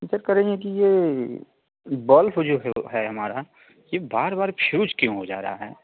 जी sir कह रहे हैं कि ये बल्फ जो हो है हमारा ये बार बार फ्यूज क्यों हो जा रहा है